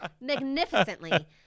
magnificently